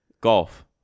Golf